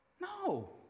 No